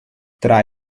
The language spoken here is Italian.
tra